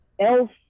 Elf